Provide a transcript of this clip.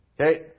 Okay